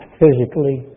physically